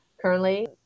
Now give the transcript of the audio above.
currently